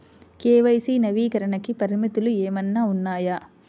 KYC నవీకరణకి పరిమితులు ఏమన్నా ఉన్నాయా?